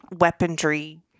weaponry